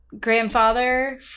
grandfather